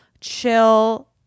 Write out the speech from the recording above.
chill